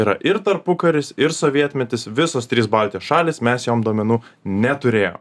yra ir tarpukaris ir sovietmetis visos trys baltijos šalys mes jom duomenų neturėjo